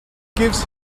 gives